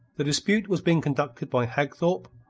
the dispute was being conducted by hagthorpe,